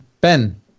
Ben